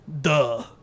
Duh